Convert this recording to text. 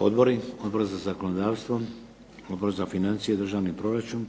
Odbori? Odbor za zakonodavstvo? Odbor za financije, državni proračun?